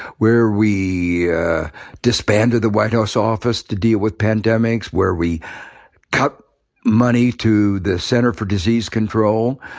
where we yeah disbanded the white house office to deal with pandemics, where we cut money to the center for disease control,